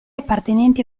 appartenenti